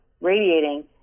radiating